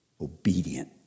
obedient